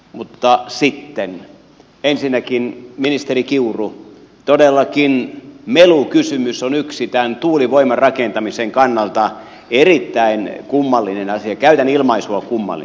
mutta sitten ensinnäkin ministeri kiuru todellakin melukysymys on yksi tämän tuulivoiman rakentamisen kannalta erittäin kummallinen asia käytän ilmaisua kummallinen